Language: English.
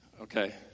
Okay